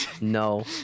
No